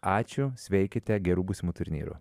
ačiū sveikite gerų būsimų turnyrų